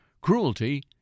cruelty